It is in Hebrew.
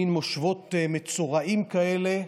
מין מושבות מצורעים כאלה.